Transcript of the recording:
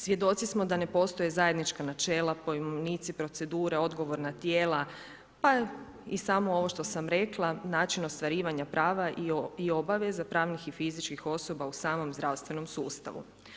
Svjedoci smo da ne postoje zajednička načela, poimovnici, procedure, odgovorna tijela pa i samo ovo što sam rekla način ostvarivanja prava i obaveza pravnih i fizičkih osoba u samom zdravstvenom sustavu.